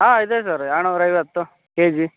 ಹಾಂ ಇದೆ ಸರ್ ಎರಡುನೂರೈವತ್ತು ಕೆಜಿ